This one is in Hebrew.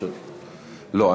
לא.